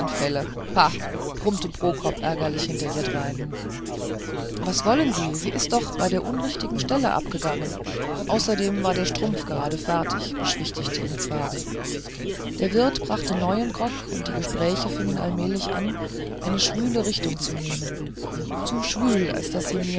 pah brummte prokop ärgerlich hinter ihr drein was wollen sie sie ist doch bei der unrichtigen stelle abgegangen und außerdem war der strumpf gerade fertig beschwichtigte ihn zwakh der wirt brachte neuen grog und die gespräche fingen allmählich an eine schwüle richtung zu nehmen zu schwül als daß sie